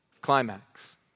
climax